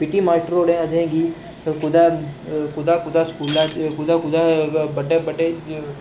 PT master होरें असेंगी कुतै कुतै कुतै स्कूलै च कुतै कुतै बड्डे बड्डे